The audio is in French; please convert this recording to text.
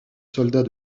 soldats